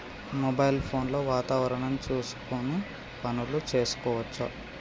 Mobile phone లో వాతావరణం చూసుకొని పనులు చేసుకోవచ్చా?